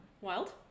wild